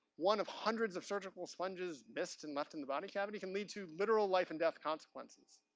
one of hundreds of surgical sponges missed and left in the body cavity can lead to literal life and death consequences.